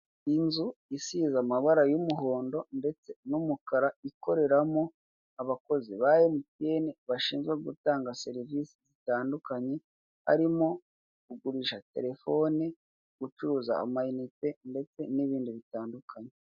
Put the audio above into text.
Inzu isize amabara y'umuhondo ndetse n'umukara ikoreramo abakozi ba mtn bashinzwe gutanga serivisi zitandukanye, harimo kugurisha telefone gucuruza ama inite ndetse n'ibindi bitandukanye.